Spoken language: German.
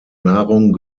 nahrung